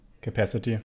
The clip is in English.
capacity